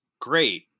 great